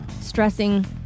stressing